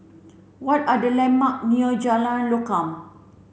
what are the landmark near Jalan Lokam